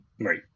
Right